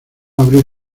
abrir